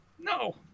No